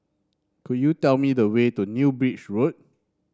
could you tell me the way to New Road